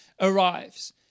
arrives